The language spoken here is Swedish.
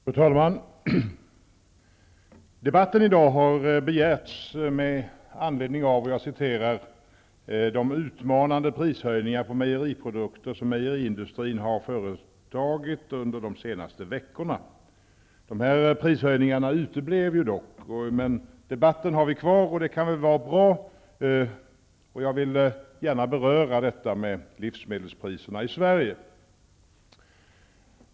Fru talman! Debatten i dag har begärts med anledning av ''de utmanande prishöjningar på mejeriprodukter som mejeriindustrin har företagit under de senaste veckorna''. De här prishöjningarna uteblev dock, men debatten har vi kvar. Det kan väl vara bra. Jag vill gärna beröra detta med livsmedelspriserna i Sverige.